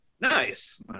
Nice